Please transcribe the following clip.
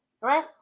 right